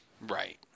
Right